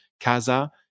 CASA